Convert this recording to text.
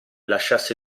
lasciasse